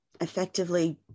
effectively